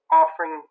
offering